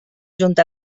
junta